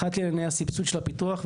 אחת לסבסוד של הפיתוח,